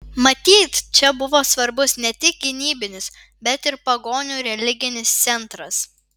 matyt čia buvo svarbus ne tik gynybinis bet ir pagonių religinis centras